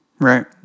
right